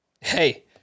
Hey